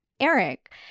Eric